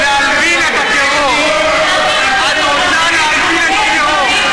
את רוצה להלבין את הטרור.